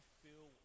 feel